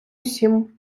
усім